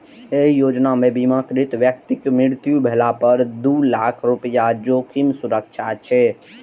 एहि योजना मे बीमाकृत व्यक्तिक मृत्यु भेला पर दू लाख रुपैया जोखिम सुरक्षा छै